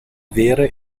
vere